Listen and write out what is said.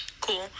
cool